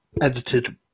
edited